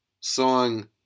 song